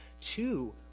Two